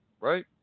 Right